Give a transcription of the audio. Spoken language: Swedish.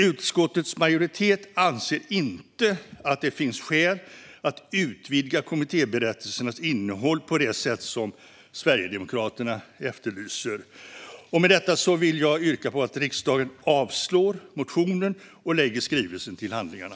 Utskottets majoritet anser inte att det finns skäl att utvidga kommittéberättelsernas innehåll på det sätt som Sverigedemokraterna efterlyser. Med detta yrkar jag att riksdagen avslår motionen och lägger skrivelsen till handlingarna.